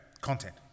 content